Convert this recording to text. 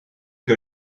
que